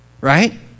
Right